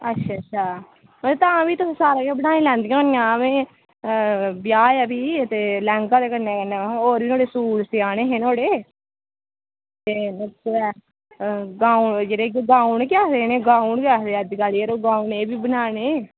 अच्छा अच्छा पर तां भी तुस सारा किश बनाई लैंदियां होनियां ते ब्याह् ऐ भी ते लैह्ंगा ते कन्नै कन्नै होर बी होने सूट सेआने हे नुआढ़े ते उ'ऐ गऊन जेह्ड़े केह् गाऊन केह् आखदे इनें ई गाऊन गै आखदे अजकल जरो गाऊन एह् बी बनाने